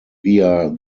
via